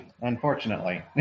unfortunately